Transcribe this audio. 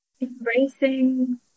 Embracing